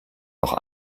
noch